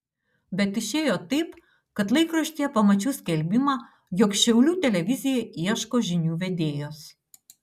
bet išėjo taip kad laikraštyje pamačiau skelbimą jog šiaulių televizija ieško žinių vedėjos